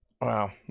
wow